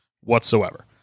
whatsoever